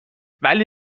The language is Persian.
ولی